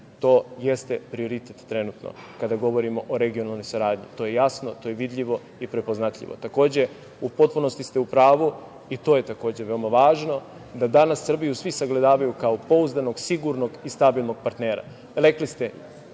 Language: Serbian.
to jeste prioritet trenutno, kada govorimo o regionalnoj saradnji. To je jasno, to je vidljivo i prepoznatljivo. Takođe, u potpunosti ste u pravu i to je takođe veoma važno, da danas Srbiju svi sagledavaju kao pouzdanog, sigurnog i stabilnog partnera. Rekli ste,